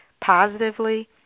positively